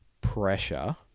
pressure